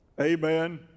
amen